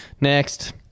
Next